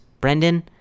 Brendan